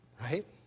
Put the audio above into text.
right